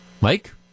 Mike